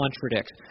contradicts